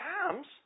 times